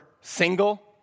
single